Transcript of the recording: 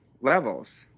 levels